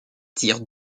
tire